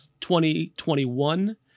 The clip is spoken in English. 2021